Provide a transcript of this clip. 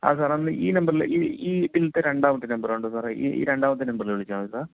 ആ സാറെ നമ്മളെ ഈ നമ്പറിലെ ഈ ഇതിലത്തെ രണ്ടാമത്തെ നമ്പർ കണ്ടോ സാറെ ഈ ഈ രണ്ടാമത്തെ നമ്പറിലേക്കു വിളിച്ചാൽമതി സാർ